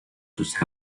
sus